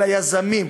ליזמים,